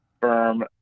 firm